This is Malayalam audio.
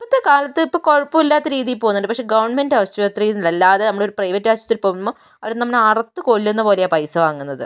ഇപ്പോഴത്തെ കാലത്ത് ഇപ്പോൾ കുഴപ്പമില്ലാത്ത രീതിയിൽ പോകുന്നുണ്ട് പക്ഷെ ഗവൺമെൻറ് ആശുപത്രിയിലല്ലാതെ നമ്മളൊരു പ്രൈവറ്റ് ആശുപത്രിയിൽ പോകുമ്പോൾ അവർ നമ്മളെ അറുത്ത് കൊല്ലുന്ന പോലെയാണ് പൈസ വാങ്ങുന്നത്